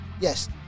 yes